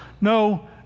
no